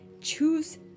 Choose